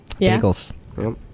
Bagels